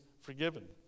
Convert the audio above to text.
forgiven